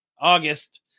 August